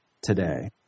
today